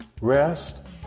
rest